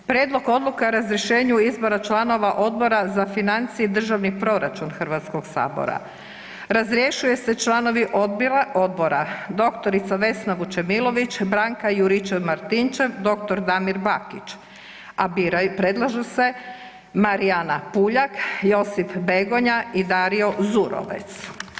Prijedlog Odluke o razrješenju izbora članova Odbora za financije i državni proračun Hrvatskog sabora, razrješuju se članovi odbora dr. Vesna Vučemilović, Branka Juričev Martinčev, dr. Damir Bakić, a predlažu se Marijana Puljak, Josip Begonja i Dario Zurovec.